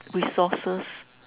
resources